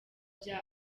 bya